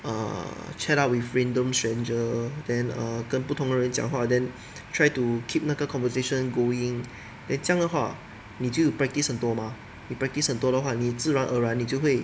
err chat up with random stranger then err 跟不同的人讲话 then try to keep 那个 conversation going then 这样的话你就 practice 很多 mah 你 practice 很多的话你自然而然你就会